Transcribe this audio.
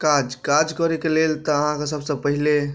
काज काज करैके लेल तऽ अहाँके सभसँ पहिने